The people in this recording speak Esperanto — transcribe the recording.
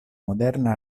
moderna